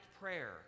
prayer